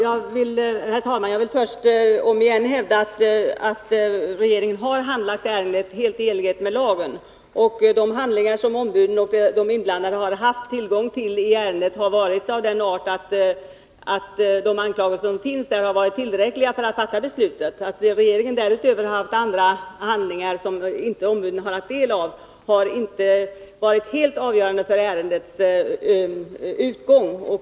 Herr talman! Jag vill först om igen hävda att regeringen handlagt ärendet helt i enlighet med lagen. De handlingar som ombuden och de inblandade har haft tillgång till i ärendet har varit av den art att de innehållit tillräckliga anklagelser för att ge underlag för det fattade beslutet. Att regeringen därutöver har haft andra handlingar, som ombuden inte tagit del av, har inte varit helt avgörande för ärendets utgång.